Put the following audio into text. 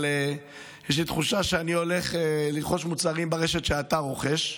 אבל יש לי תחושה שאני הולך לרכוש מוצרים ברשת שבה אתה רוכש,